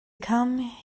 come